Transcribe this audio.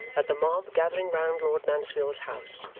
that the mob gathering round lord mansfield's house,